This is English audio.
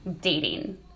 dating